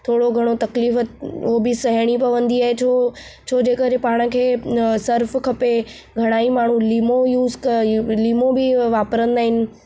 थोरो घणो तकलीफ़ उहो बि सहिणी पवंदी आहे छो छो जे करे पाण खे सर्फ खपे घणा ई माण्हू लीमो यूस क लीमो बि वापराईंदा आहिनि